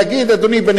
בנסיבות אלה,